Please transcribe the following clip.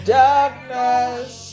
darkness